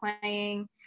playing